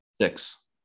Six